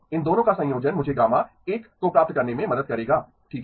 इन दोनों का संयोजन मुझे गामा 1 को प्राप्त करने में मदद करेगा ठीक है